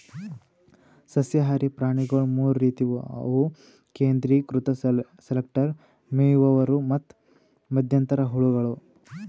ಸಸ್ಯಹಾರಿ ಪ್ರಾಣಿಗೊಳ್ ಮೂರ್ ರೀತಿವು ಅವು ಕೇಂದ್ರೀಕೃತ ಸೆಲೆಕ್ಟರ್, ಮೇಯುವವರು ಮತ್ತ್ ಮಧ್ಯಂತರ ಹುಳಗಳು